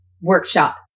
Workshop